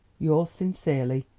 yours sincerely,